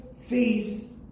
face